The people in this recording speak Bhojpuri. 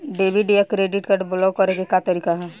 डेबिट या क्रेडिट कार्ड ब्लाक करे के का तरीका ह?